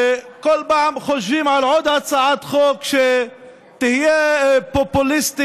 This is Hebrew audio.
וכל פעם חושבים על עוד הצעת חוק שתהיה פופוליסטית,